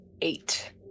Eight